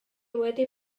wedi